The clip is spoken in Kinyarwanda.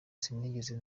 sinigeze